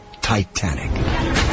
Titanic